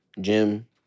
gym